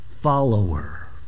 follower